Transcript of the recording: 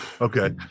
Okay